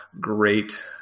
great